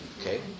Okay